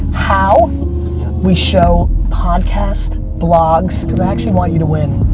how we show podcasts, blogs. cause i actually want you to win.